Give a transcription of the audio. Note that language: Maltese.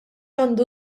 għandu